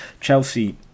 Chelsea